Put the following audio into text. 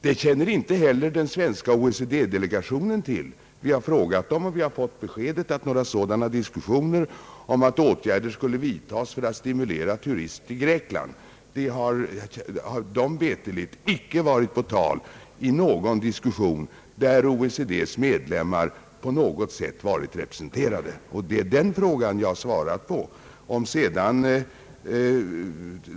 Detta känner inte heller den svenska OECD-delegationen till. Vi har frågat den och fått beskedet att några diskussioner om att åtgärder skulle vidtas för att stimulera turismen i Grekland icke varit på tal i någon diskussion där OECD:s med lemmar på något sätt varit representerade. Det är den frågan jag svarar på.